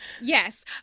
Yes